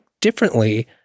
differently